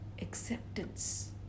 acceptance